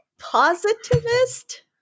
positivist